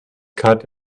cut